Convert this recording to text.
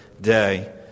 day